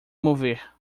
mover